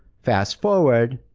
fast-forward,